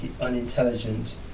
unintelligent